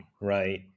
right